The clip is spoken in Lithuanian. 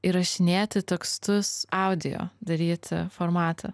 įrašinėti tekstus audio daryti formatą